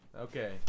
okay